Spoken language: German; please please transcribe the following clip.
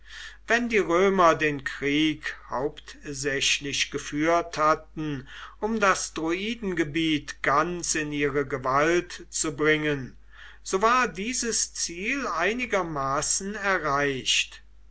wenn die römer den krieg hauptsächlich geführt hatten um das druidengebiet ganz in ihre gewalt zu bringen so war dieses ziel einigermaßen erreicht